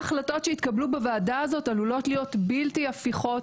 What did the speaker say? ההחלטות שיתקבלו בוועדה הזאת עלולות להיות בלתי הפיכות